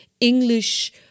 English